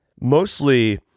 mostly